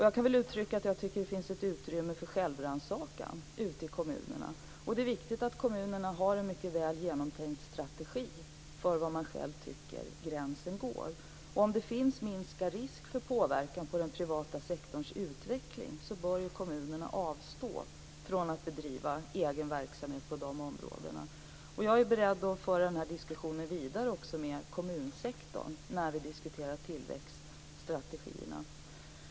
Jag tycker att det finns ett utrymme för självrannsakan ute i kommunerna. Det är viktigt att kommunerna har en mycket väl genomtänkt strategi för var man själv tycker att gränsen går. Om det finns minsta risk för påverkan på den privata sektorns utveckling bör kommunerna avstå från att bedriva egen verksamhet på de områdena. Jag är beredd att föra den här diskussionen vidare också med kommunsektorn när vi diskuterar tillväxtstrategier.